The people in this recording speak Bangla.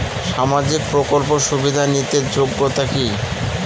সামাজিক প্রকল্প সুবিধা নিতে যোগ্যতা কি?